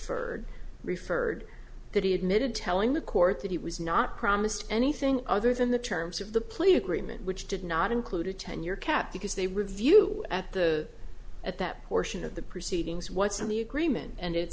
referred referred that he admitted telling the court that he was not promised anything other than the terms of the plea agreement which did not include a ten year cat because they review at the at that portion of the proceedings what's in the agreement and it